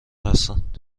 هستند